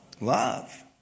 Love